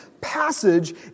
passage